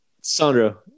Sandro